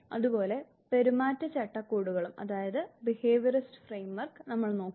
അതുപോലെ പെരുമാറ്റ ചട്ടക്കൂടുകളും നമ്മൾ നോക്കും